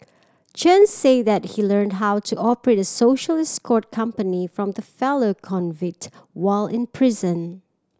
Chen said that he learned how to operate a social escort company from the fellow convict while in prison